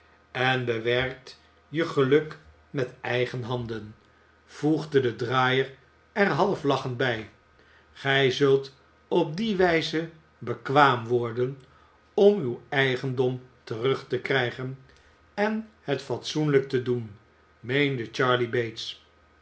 en bewerkt je geluk met eigen handen voegde de draaier er half lachend bij gij zult op die wijze bekwaam worden om uw i eigendom terug te krijgen en het fat soen lijk te doen meende charley bates